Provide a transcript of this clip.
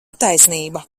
taisnība